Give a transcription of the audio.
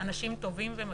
אנשים טובים ומחויבים,